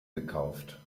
gekauft